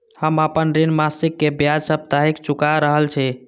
हम आपन ऋण मासिक के ब्याज साप्ताहिक चुका रहल छी